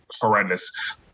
horrendous